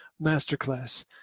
Masterclass